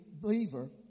believer